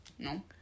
no